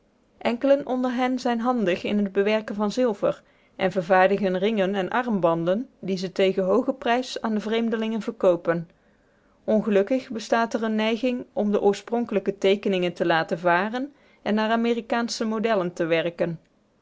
enkelen onder hen zijn handig in het bewerken van zilver en vervaardigen ringen en armbanden die ze tegen hoogen prijs aan de vreemdelingen verkoopen ongelukkig bestaat er eene neiging om de oorspronkelijke teekeningen te laten varen en naar amerikaansche modellen te werken